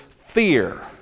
fear